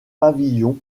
pavillons